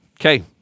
Okay